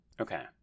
Okay